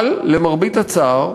אבל למרבה הצער,